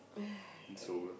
oh okay